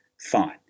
fine